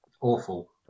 Awful